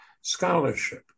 scholarship